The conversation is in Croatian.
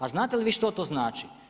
A znate li vi što to znači?